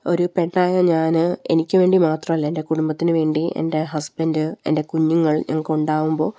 ഒരു പെണ്ണായ ഞാന് എനിക്ക് വേണ്ടി മാത്രമല്ല എൻ്റെ കുടുംബത്തിന് വേണ്ടി എൻ്റെ ഹസ്ബൻഡ് എൻ്റെ കുഞ്ഞുങ്ങൾ ഞങ്ങള്ക്ക് ഉണ്ടാകുമ്പോള്